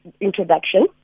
introduction